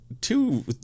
two